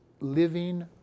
living